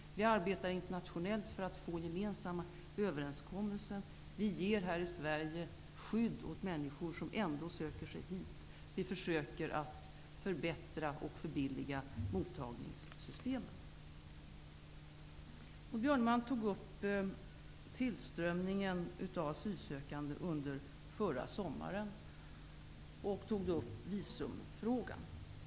Vi arbetar internationellt för att nå gemensamma överenskommelser. Vi ger här i Sverige skydd åt människor som ändå söker sig hit. Vi försöker att förbättra och förbilliga mottagningssystemet. Maud Björnemalm berörde tillströmningen av asylsökande under förra sommaren och tog upp visumfrågan.